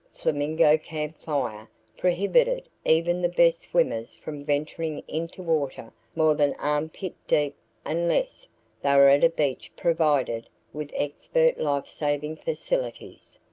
flamingo camp fire prohibited even the best swimmers from venturing into water more than arm-pit deep unless they were at a beach provided with expert life-saving facilities.